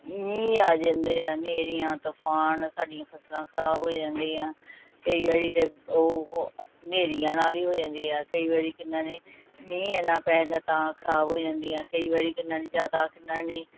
ਮੀਂਹ ਆ ਜਾਂਦੇ ਹੈ ਹਨੇਰੀਆਂ ਤੂਫਾਨ ਸਾਡੀਆਂ ਫਸਲਾਂ ਖਰਾਬ ਹੋ ਜਾਂਦੀਆਂ ਕਈ ਵਾਰੀ ਤਾਂ ਉਹ ਹਨੇਰੀਆਂ ਨਾਲ ਹੀ ਹੋ ਜਾਂਦੀ ਆ ਕਈ ਵਾਰੀ ਕਿੰਨਾ ਨੇ ਮੀਂਹ ਇੰਨਾ ਪੈ ਜਾਂਦਾ ਤਾਂ ਖਰਾਬ ਹੋ ਜਾਂਦੀਆਂ ਕਈ ਵਾਰੀ ਕਿੰਨਾ ਨਹੀਂ ਜ਼ਿਆਦਾ ਕਿੰਨਾ ਨਹੀਂ